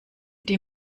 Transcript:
die